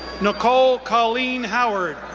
nicole colleen howard,